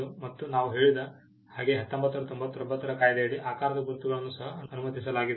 ಮತ್ತು ನಾವು ಹೇಳಿದ ಹಾಗೆ 1999 ರ ಕಾಯಿದೆಯಡಿ ಆಕಾರದ ಗುರುತುಗಳನ್ನು ಸಹ ಅನುಮತಿಸಲಾಗಿದೆ